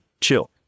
chill